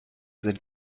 sind